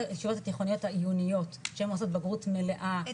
הישיבות התיכוניות העיוניות שהם עושות בגרות מלאה ברמות,